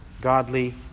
godly